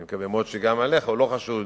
אני מקווה מאוד שגם עליך הוא לא חשוד